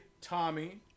Tommy